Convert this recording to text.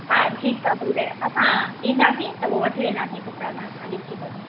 हा ठीकु आहे पोइ त असां ईंदासीं त पोइ वठी वेंदासीं कपिड़ा तव्हां खां ॾिसी करे